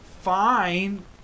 fine